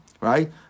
right